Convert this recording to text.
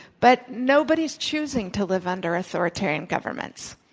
but nobody's choosing to live under authoritarian governments,